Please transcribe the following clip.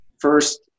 first